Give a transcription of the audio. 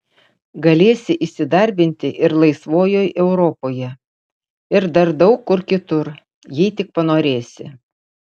galėsi įsidarbinti ir laisvojoj europoje ir dar daug kur kitur jei tik panorėsi